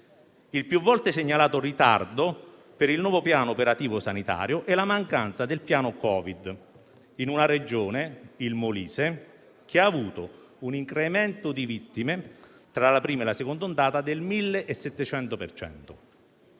il più volte segnalato ritardo per il nuovo piano operativo sanitario e la mancanza del piano Covid in una Regione, il Molise, che ha avuto un incremento di vittime tra la prima e la seconda ondata del 1.700